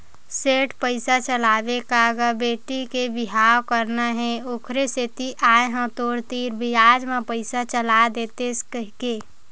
सेठ पइसा चलाबे का गा बेटी के बिहाव करना हे ओखरे सेती आय हंव तोर तीर बियाज म पइसा चला देतेस कहिके